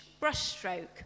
brushstroke